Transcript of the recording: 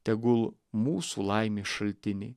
tegul mūsų laimės šaltiniai